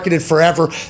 Forever